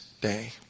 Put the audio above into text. day